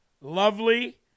lovely